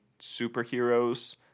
superheroes